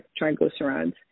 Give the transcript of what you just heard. triglycerides